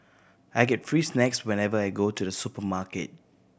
I get free snacks whenever I go to the supermarket